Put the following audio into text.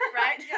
right